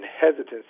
hesitancy